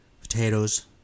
potatoes